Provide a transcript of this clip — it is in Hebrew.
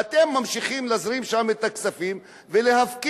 ואתם רוצים להזרים שם את הכספים ולהפקיר